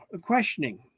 questioning